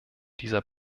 dieser